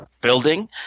building